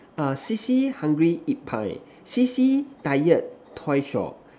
err see see hungry eat pie see see tired toy shop